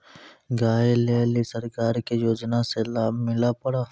गाय ले ली सरकार के योजना से लाभ मिला पर?